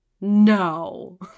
No